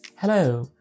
Hello